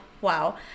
wow